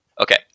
Okay